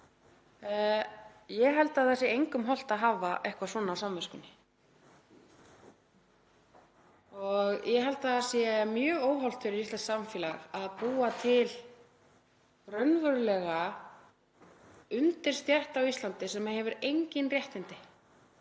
Ég held að það sé engum hollt að hafa eitthvað svona á samviskunni. Ég held að það sé mjög óhollt fyrir íslenskt samfélag að búa til raunverulega undirstétt á Íslandi sem hefur engin réttindi